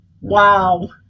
Wow